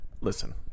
Listen